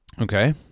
Okay